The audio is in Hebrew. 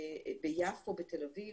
ביפו, בתל-אביב,